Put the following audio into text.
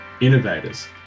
innovators